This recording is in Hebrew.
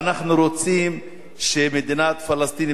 ואנחנו רוצים שמדינת פלסטין,